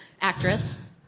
Actress